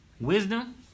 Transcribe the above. wisdom